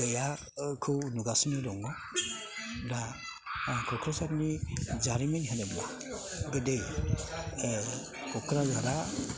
गैयाखौ नुगासिनो दङ दा आं क'क्राझारनि जारिमिन होनोब्ला गोदो क'क्राझारा